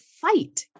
fight